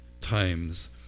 times